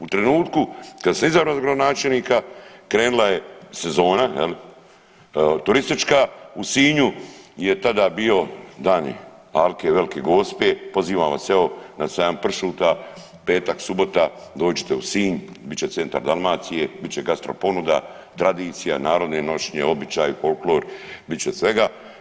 U trenutku kad sam izabran za gradonačelnika krenula je sezona je li turistička, u Sinju je tada bio Dan alke i Velike Gospe, pozivam na evo na sajam pršuta petak, subota dođite u Sinj bit će centar Dalmacije, bit će gastro ponuda, tradicija, narodne nošnje, običaji, folklor, bit će svega.